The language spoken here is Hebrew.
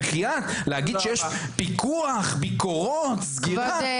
יש פיקוח ביקורות סגירה?